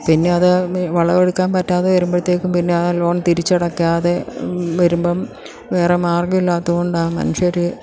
പിന്നെ അത് വിളവെടുക്കാൻ പറ്റാതെ വരുമ്പോഴത്തേക്കും പിന്നെ ലോൺ തിരിച്ചടക്കാതെ വരുമ്പം വേറെ മാർഗ്ഗമില്ലാത്ത കൊണ്ട് ആ മനുഷ്യർ